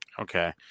Okay